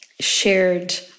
shared